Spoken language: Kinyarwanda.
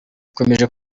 ikomeje